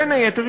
בין היתר,